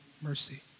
mercy